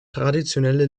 traditionelle